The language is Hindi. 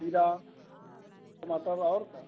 खीरा टमाटर और का